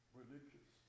religious